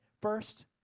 First